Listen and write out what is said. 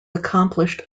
accomplished